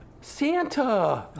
Santa